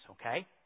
okay